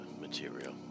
material